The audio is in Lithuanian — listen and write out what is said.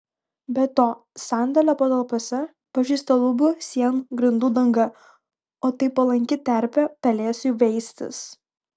be to sandėlio patalpose pažeista lubų sienų grindų danga o tai palanki terpė pelėsiui veistis